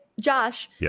Josh